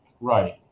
Right